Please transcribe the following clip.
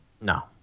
No